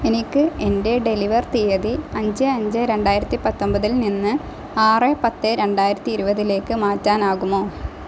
എനിക്ക് എന്റെ ഡെലിവർ തീയതി അഞ്ച് അഞ്ച് രണ്ടായിരത്തി പത്തൊൻമ്പതിൽ നിന്ന് ആറ് പത്ത് രണ്ടായിരത്തി ഇരുപതിലേക്ക് മാറ്റാനാകുമോ